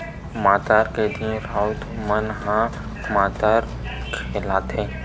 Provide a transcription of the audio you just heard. मातर के दिन राउत मन ह मातर खेलाथे